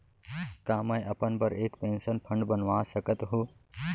का मैं अपन बर एक पेंशन फण्ड बनवा सकत हो?